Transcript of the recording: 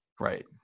Right